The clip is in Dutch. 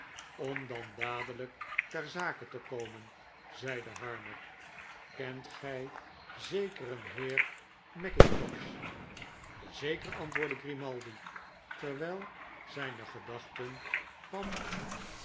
om dan dadelijk ter zake te komen zeide harmer kent gy zekeren heer mackintosh ja zeker antwoordde grimaldi terwijl zijne gedachten van